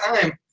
time